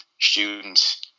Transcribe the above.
students –